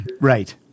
right